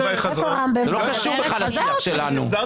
זה לא קשור בכלל לשיח שלנו.